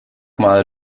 mal